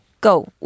Go